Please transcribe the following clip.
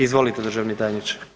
Izvolite, državni tajniče.